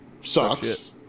sucks